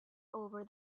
over